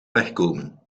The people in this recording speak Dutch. wegkomen